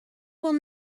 will